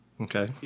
Okay